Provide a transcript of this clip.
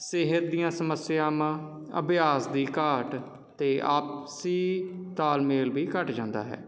ਸਿਹਤ ਦੀਆਂ ਸਮੱਸਿਆਵਾਂ ਅਭਿਆਸ ਦੀ ਘਾਟ ਅਤੇ ਆਪਸੀ ਤਾਲਮੇਲ ਵੀ ਘੱਟ ਜਾਂਦਾ ਹੈ